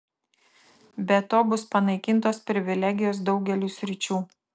be to bus panaikintos privilegijos daugeliui sričių